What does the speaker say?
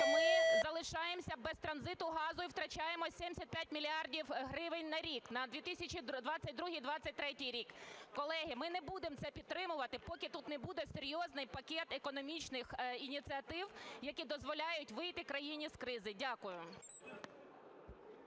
ми залишаємося без транзиту газу і втрачаємо 75 мільярдів гривень на рік, на 2022-2023 рік. Колеги, ми не будемо це підтримувати, поки тут не буде серйозний пакет економічних ініціатив, які дозволяють вийти країні з кризи. Дякую.